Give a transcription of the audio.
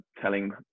telling